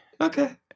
okay